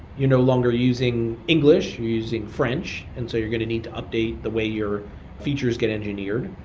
you're no longer using english, you're using french, and so you're going to need to update the way your features get engineered.